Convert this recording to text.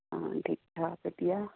ਹਾਂ ਠੀਕ ਠਾਕ ਵਧੀਆ